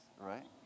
Right